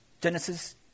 Genesis